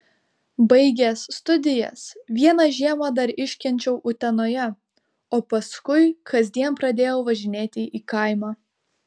baigęs studijas vieną žiemą dar iškenčiau utenoje o paskui kasdien pradėjau važinėti į kaimą